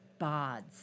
bods